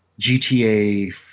GTA